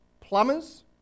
plumbers